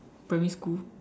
primary school